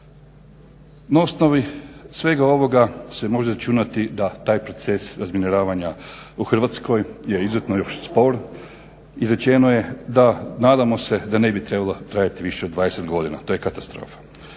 Na osnovi svega ovoga se može računati da taj proces razminiravanja u Hrvatskoj je izuzetno još spor. Izrečeno je da nadamo se, da ne bi trebalo trajati više od 20 godina. To je katastrofa.